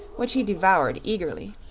which he devoured eagerly.